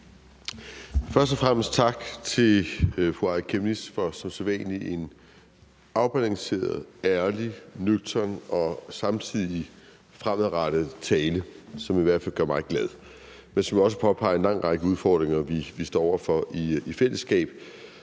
Først og fremmest tak til fru Aaja Chemnitz for som sædvanlig en afbalanceret, ærlig, nøgtern og samtidig fremadrettet tale, som i hvert fald gør mig glad, men som også påpeger en lang række udfordringer, vi står over for i fællesskab.